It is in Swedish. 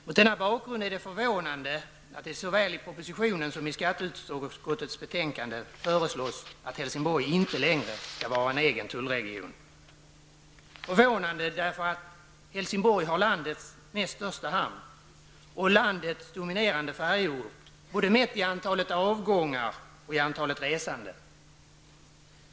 Mot denna bakgrund är det förvånande att det i såväl propositionen som skatteutskottets betänkande föreslås att Helsingborg inte längre skall vara egen tullregion. Det är förvånande eftersom Helsingborg har landets näst största hamn och är landets dominerande färjeort både mätt i antalet avgångar och antalet resande.